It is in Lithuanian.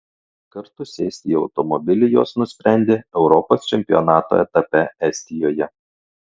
kartu sėsti į automobilį jos nusprendė europos čempionato etape estijoje